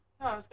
No